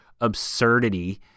absurdity